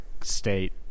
state